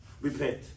Repent